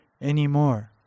anymore